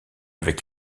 avec